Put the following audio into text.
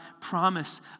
promise